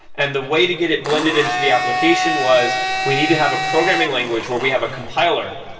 and the way to get it blended into the application was we need to have a programming language where we have a compiler,